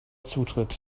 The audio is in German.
zutritt